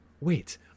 wait